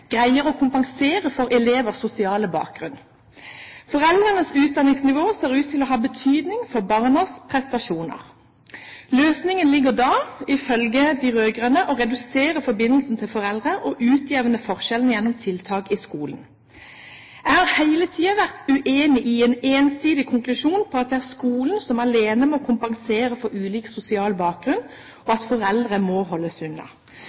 greier å kompensere for elevers sosiale bakgrunn. Foreldrenes utdanningsnivå ser ut til å ha betydning for barnas prestasjoner. Løsningen ligger da, ifølge de rød-grønne, i å redusere forbindelsen til foreldrene og utjevne forskjellene gjennom tiltak i skolen. Jeg har hele tiden vært uenig i en ensidig konklusjon om at det er skolen som alene må kompensere for ulik sosial bakgrunn, og at foreldrene må holdes unna.